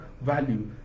value